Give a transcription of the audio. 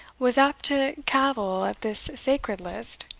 was apt to cavil at this sacred list,